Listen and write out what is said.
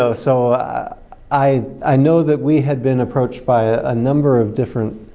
so so i i know that we had been approached by a number of different